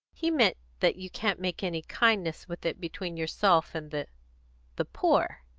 he meant that you can't make any kindness with it between yourself and the the poor.